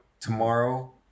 tomorrow